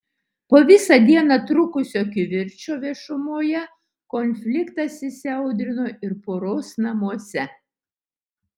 po visą dieną trukusio kivirčo viešumoje konfliktas įsiaudrino ir poros namuose